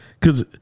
Cause